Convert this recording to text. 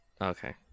Okay